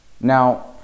Now